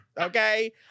okay